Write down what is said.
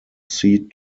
seat